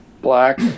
black